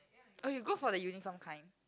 or you go for the uniform kind